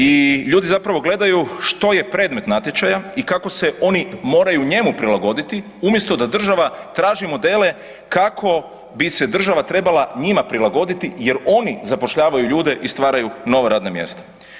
I ljudi zapravo gledaju što je predmet natječaja i kako se oni moraju njemu prilagoditi umjesto da država traži modele kako bi se država trebala njima prilagoditi jer oni zapošljavaju ljude i stvaraju nova radna mjesta.